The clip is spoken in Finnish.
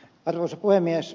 arvoisa puhemies